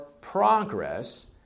progress